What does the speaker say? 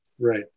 Right